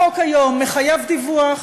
החוק היום מחייב דיווח,